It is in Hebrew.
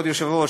כבוד היושב-ראש,